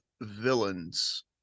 villains